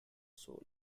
soul